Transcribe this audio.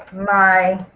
my